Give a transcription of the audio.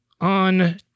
on